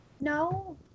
No